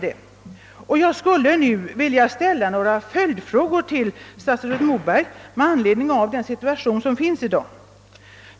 Jag skuile nu vilja ställa några följdfrågor till statsrådet Moberg med anledning av den situation som föreligger i dag.